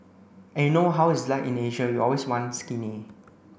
and you know how it's like in Asia you always want skinny